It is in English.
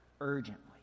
urgently